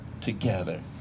together